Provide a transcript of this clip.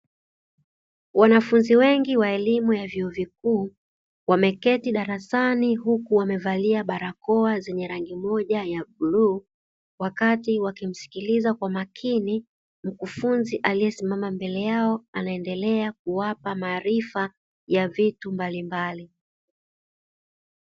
Wanafunzi wengi wa elimu ya vyuo vikuu wameketi darasani huku wamevalia barakoa zenye rangi moja ya bluu wakati wakisikiliza kwa makini, mkufunzi aliyesimama mbele yao anaendelea kuwapa maarifa ya vitu mbalimbali.